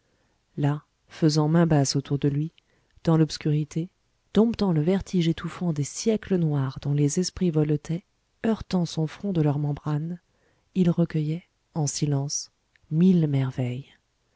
là faisant main basse autour de lui dans l'obscurité domptant le vertige étouffant des siècles noirs dont les esprits voletaient heurtant son front de leurs membranes il recueillait en silence mille merveilles